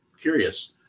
curious